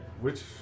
Which-